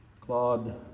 Claude